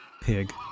pig